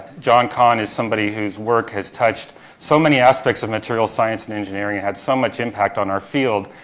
john cahn is somebody whose work has touched so many aspects of material science and engineering, had so much impact on our field,